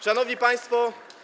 Szanowni Państwo!